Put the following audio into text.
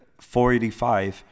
485